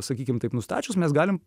sakykim taip nustačius mes galim